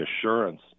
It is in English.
assurance